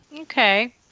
Okay